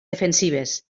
defensives